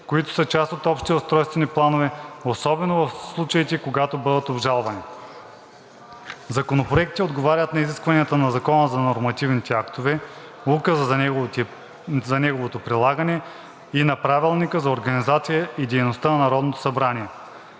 които са част от общите устройствени планове, особено в случаите, когато бъдат обжалвани. Законопроектите отговарят на изискванията на Закона за нормативните актове, Указа за неговото прилагане и на Правилника за организацията и дейността на Народното събрание.